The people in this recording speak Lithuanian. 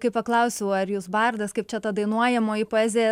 kai paklausiau ar jūs bardas kaip čia ta dainuojamoji poezija